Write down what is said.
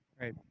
Right